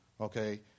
Okay